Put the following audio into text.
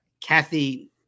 Kathy